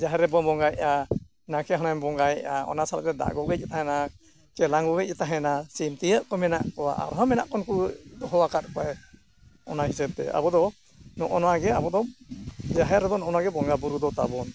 ᱡᱟᱦᱮᱨ ᱨᱮᱵᱚᱱ ᱵᱚᱸᱜᱟᱭᱮᱜᱼᱟ ᱱᱟᱭᱠᱮ ᱦᱟᱲᱟᱢᱮ ᱵᱚᱸᱜᱟᱭᱮᱜᱼᱟ ᱚᱱᱟ ᱥᱟᱶᱛᱮ ᱫᱟᱜ ᱜᱚᱜᱼᱤᱡ ᱮ ᱛᱟᱦᱮᱱᱟ ᱪᱮᱞᱟᱝ ᱜᱚᱜᱼᱤᱡ ᱮ ᱛᱟᱦᱮᱱᱟ ᱥᱤᱢ ᱛᱤᱭᱟᱹᱜ ᱠᱚ ᱢᱮᱱᱟᱜ ᱠᱚᱣᱟ ᱟᱨᱦᱚᱸ ᱢᱮᱱᱟᱜ ᱠᱚᱣᱟ ᱩᱱᱠᱩ ᱫᱚᱦᱚ ᱟᱠᱟᱫ ᱠᱚᱣᱟᱭ ᱚᱱᱟ ᱦᱤᱥᱟᱹᱵᱛᱮ ᱟᱵᱚᱫᱚ ᱱᱚᱜᱼᱚ ᱱᱚᱣᱟᱜᱮ ᱟᱵᱚᱫᱚ ᱡᱟᱦᱮᱨ ᱨᱮᱫᱚ ᱱᱚᱜᱼᱱᱚᱣᱟᱜᱮ ᱵᱚᱸᱜᱟ ᱵᱩᱨᱩ ᱫᱚ ᱛᱟᱵᱚᱱ